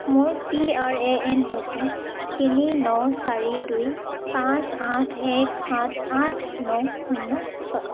মোৰ P R A N হৈছে তিনি ন চাৰি দুই পাঁচ আঠ এক সাত আঠ ন শূন্য ছয়